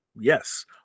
Yes